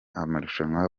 amarushanwa